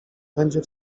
będzie